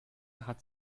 hat